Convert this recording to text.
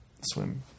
Swim